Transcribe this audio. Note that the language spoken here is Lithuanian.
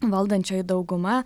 valdančioji dauguma